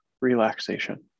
relaxation